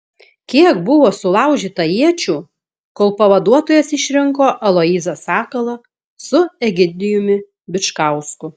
kiek buvo sulaužyta iečių kol pavaduotojas išrinko aloyzą sakalą su egidijumi bičkausku